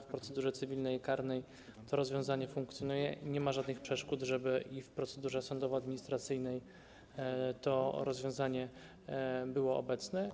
W procedurze cywilnej i karnej to rozwiązanie funkcjonuje, nie ma żadnych przeszkód, żeby i w procedurze sądowoadministracyjnej to rozwiązanie było obecne.